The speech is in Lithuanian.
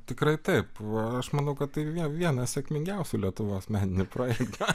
tikrai taip aš manau kad tai vie vienas sėkmingiausių lietuvos meninių projektų